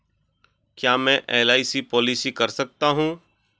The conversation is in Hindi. क्या मैं एल.आई.सी पॉलिसी कर सकता हूं?